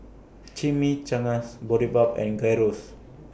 Chimichangas Boribap and Gyros